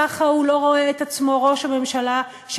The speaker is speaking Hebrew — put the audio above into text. ככה הוא לא רואה את עצמו ראש הממשלה של